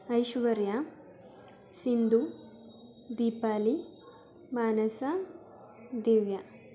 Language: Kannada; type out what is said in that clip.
ಐಶ್ವರ್ಯ ಸಿಂದು ದೀಪಾಲಿ ಮಾನಸ ದಿವ್ಯ